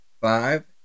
Five